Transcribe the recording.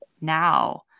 now